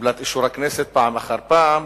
שקיבלה את אישור הכנסת פעם אחר פעם,